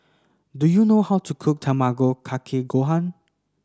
do you know how to cook Tamago Kake Gohan